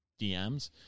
DMs